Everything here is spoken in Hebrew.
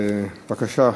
בבקשה,